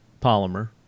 polymer